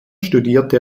studierte